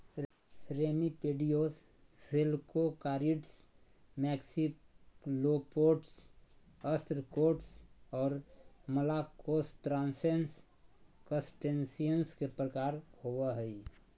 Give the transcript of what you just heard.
remipedes, cephalocarids, maxillopods, ostracods, और malacostracans, crustaceans के प्रकार होव हइ